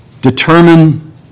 determine